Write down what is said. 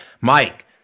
Mike